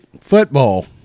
football